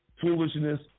foolishness